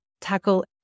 tackle